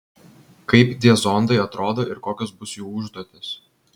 kaip tie zondai atrodo ir kokios bus jų užduotys